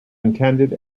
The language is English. intended